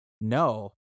No